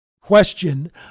question